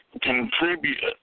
contribute